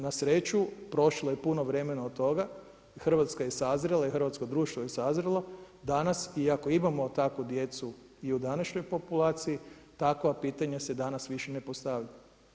Na sreću prošlo je puno vremena od toga i Hrvatska je sazrela i hrvatsko je društvo sazrelo danas i ako imamo takvu djecu i u današnjoj populaciji takva pitanja se danas više ne postavljaju.